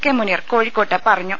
K Muneer കോഴിക്കോട്ട് പറഞ്ഞു